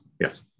yes